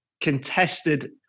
contested